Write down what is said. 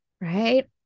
right